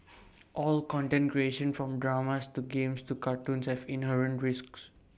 all content creation from dramas to games to cartoons has inherent risks